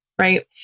Right